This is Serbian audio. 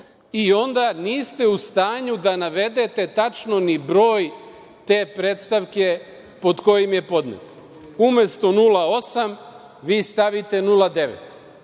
i onda niste u stanju da navedete tačno ni broj te predstavke pod kojim je podneta. Umesto „08“ vi stavite „09“.I